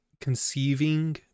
conceiving